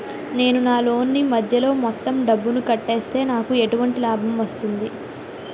నేను నా లోన్ నీ మధ్యలో మొత్తం డబ్బును కట్టేస్తే నాకు ఎటువంటి లాభం వస్తుంది?